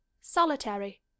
solitary